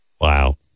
Wow